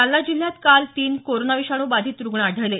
जालना जिल्ह्यात काल तीन कोरोना विषाणू बाधित रुग्ण आढळले